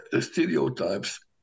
Stereotypes